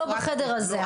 לפחות לא בחדר הזה.